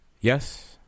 Yes